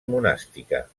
monàstica